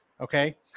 okay